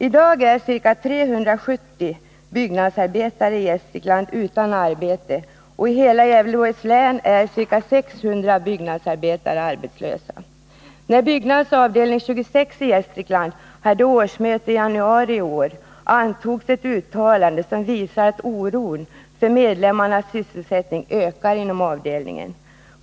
I dag är ca 370 byggnadsarbetare i Gästrikland utan arbete, och i hela Gävleborgs län är ca 600 byggnadsarbetare arbetslösa. När Byggnads avdelning 26 i Gästrikland hade årsmöte i januari i år antogs ett uttalande som visar att oron för medlemmarnas sysselsättning ökar inom avdelningen.